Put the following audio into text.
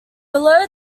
below